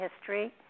history